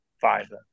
five